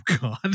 God